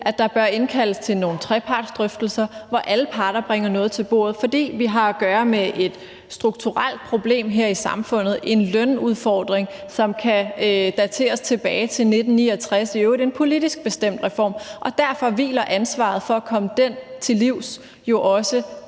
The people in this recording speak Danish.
at der bør indkaldes til nogle trepartsdrøftelser, hvor alle parter bringer noget til bordet, fordi vi har at gøre med et strukturelt problem her i samfundet, en lønudfordring, som kan dateres tilbage til 1969 og i øvrigt en politisk bestemt reform. Derfor hviler ansvaret for at komme den til livs jo også